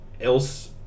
else